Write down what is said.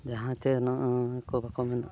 ᱡᱟᱦᱟᱸ ᱪᱮ ᱱᱚᱜᱼᱚ ᱱᱚᱣᱟ ᱠᱚ ᱵᱟᱠᱚ ᱢᱮᱱᱟ